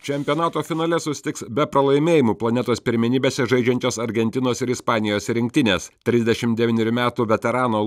čempionato finale susitiks be pralaimėjimų planetos pirmenybėse žaidžiančios argentinos ir ispanijos rinktinės trisdešimt devynerių metų veterano